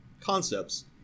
concepts